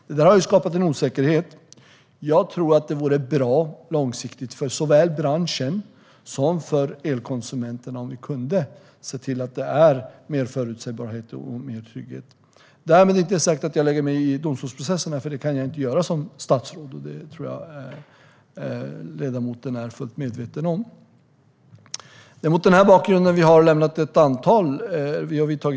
Det har skapat en osäkerhet. Jag tror att det vore bra på lång sikt för såväl branschen som elkonsumenterna om vi kunde se till att det blir mer av förutsägbarhet och mer trygghet. Jag har därmed inte sagt att jag lägger mig i domstolsprocesserna. Det kan jag inte göra som statsråd. Det tror jag att ledamoten är fullt medveten om. Det är mot den här bakgrunden vi har vidtagit ett antal åtgärder.